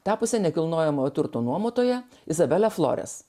tapusią nekilnojamojo turto nuomotoja izabelę flores